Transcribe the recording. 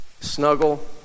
Snuggle